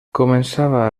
començava